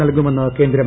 നൽകുമെന്ന് കേന്ദ്രം